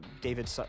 David